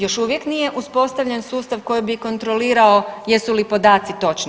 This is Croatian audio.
Još uvijek nije uspostavljen sustav koji bi kontrolirao jesu li podaci točni.